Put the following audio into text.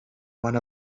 one